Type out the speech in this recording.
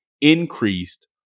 increased